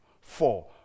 Four